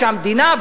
שהמדינה,